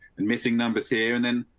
and missing numbers here and then?